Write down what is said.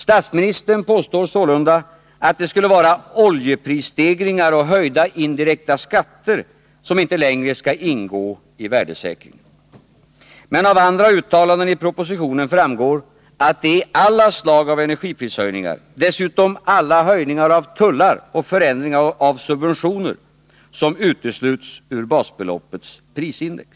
Statsministern påstår sålunda att det skulle vara ”oljeprisstegringar och höjda indirekta skatter” som inte längre skall ingå i värdesäkringen. Men av andra uttalanden i propositionen framgår att det är alla slag av energiprishöjningar, dessutom alla höjningar av tullar och förändringar av subventioner, som utesluts ur basbeloppets prisindex.